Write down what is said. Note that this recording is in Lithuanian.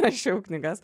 rašiau knygas